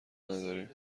نداریم